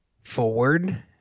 forward